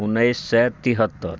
उन्नैस सए तिहत्तर